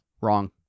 Wrong